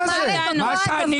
מה קרה עם כל ה-50?